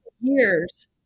years